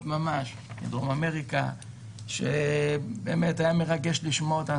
בדרום אמריקה ובאמת היה מרגש לשמוע אותן,